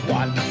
one